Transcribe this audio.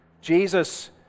Jesus